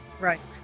right